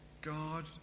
God